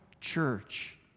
church